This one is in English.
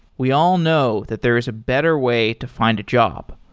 we all know that there is a better way to find a job.